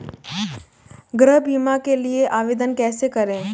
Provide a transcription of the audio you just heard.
गृह बीमा के लिए आवेदन कैसे करें?